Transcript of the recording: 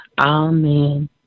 Amen